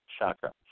chakra